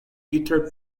guitar